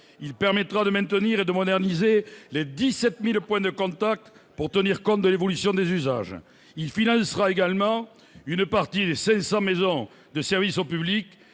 Il permettra de maintenir et de moderniser les 17 000 points de contact existant, pour tenir compte de l'évolution des usages. Il financera également une partie des 500 maisons de services au public